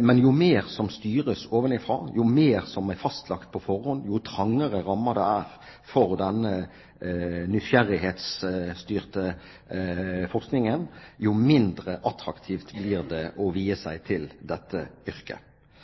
Men jo mer som styres ovenfra, jo mer som er fastlagt på forhånd, jo trangere rammer det er for denne nysgjerrighetsstyrte forskningen, jo mindre attraktivt blir det å vie seg til dette yrket